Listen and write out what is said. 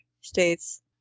states